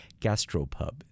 gastropub